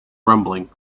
rumbling